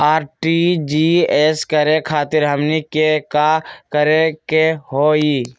RTGS करे खातीर हमनी के का करे के हो ई?